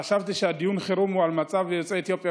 חשבתי שדיון החירום הוא על מצב יוצאי אתיופיה